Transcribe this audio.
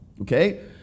okay